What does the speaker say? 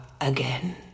again